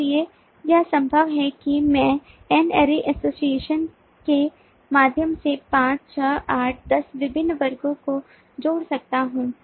इसलिए यह संभव है कि मैं N ary एसोसिएशन के माध्यम से पांच छह आठ दस विभिन्न वर्गों को जोड़ सकता हूं